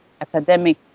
academic